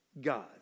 God